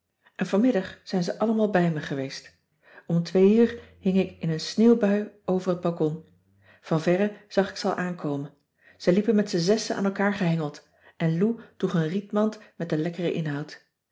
en vanmiddag zijn ze allemaal bij me geweest om twee uur hing ik in een sneeuwbui over het balcon van verre zag ik ze al aankomen ze liepen met z'n zessen aan elkaar gehengeld en lou droeg een rietmand met den lekkeren inhoud